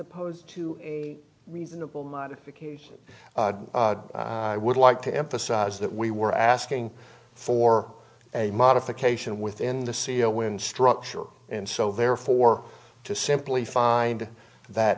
opposed to a reasonable modification i would like to emphasize that we were asking for a modification within the c e o when structure and so therefore to simply find that